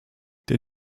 der